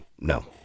no